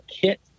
kit